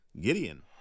Gideon